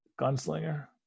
gunslinger